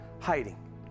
hiding